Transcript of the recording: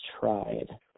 tried